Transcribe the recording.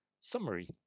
summary